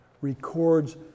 records